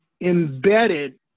embedded